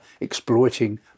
exploiting